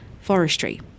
Forestry